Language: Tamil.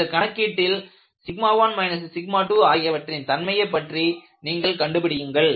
இந்த கணக்கீட்டில் 1 2ஆகியவற்றின் தன்மையைப் பற்றி நீங்கள் கண்டுபிடியுங்கள்